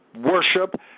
worship